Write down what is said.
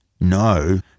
No